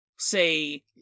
say